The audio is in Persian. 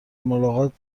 ملاقات